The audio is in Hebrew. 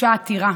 הוגשה עתירה